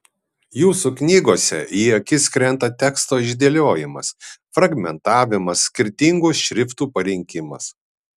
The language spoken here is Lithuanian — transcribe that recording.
jūsų knygose į akis krenta teksto išdėliojimas fragmentavimas skirtingų šriftų parinkimas